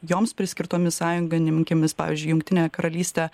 joms priskirtomis sąjungininkėmis pavyzdžiui jungtine karalyste